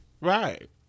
right